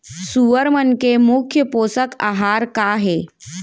सुअर मन के मुख्य पोसक आहार का हे?